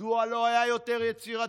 מדוע לא היה יותר יצירתי,